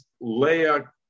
Leah